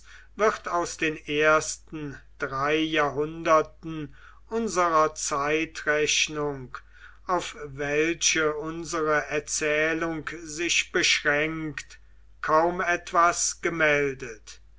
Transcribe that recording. wird aus den ersten drei jahrhunderten unserer zeitrechnung auf welche unsere erzählung sich beschränkt kaum etwas gemeldet